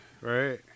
Right